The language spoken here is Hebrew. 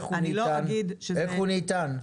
איך הוא ניתן?